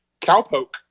cowpoke